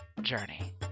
journey